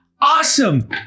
awesome